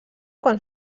quan